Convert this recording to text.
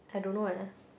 I don't know eh